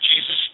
Jesus